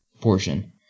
portion